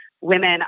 Women